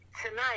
Tonight